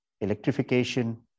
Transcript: electrification